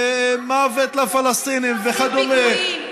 ומוות לפלסטינים וכדומה,